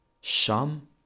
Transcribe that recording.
Sham